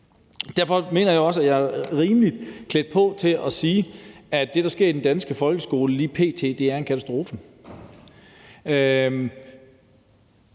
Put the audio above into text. Derfor mener jeg også, at jeg er rimelig godt klædt på til at sige, at det, der sker i den danske folkeskole lige p.t., er en katastrofe.